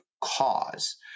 cause